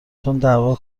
تنددعوا